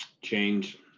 change